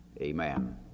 Amen